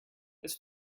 this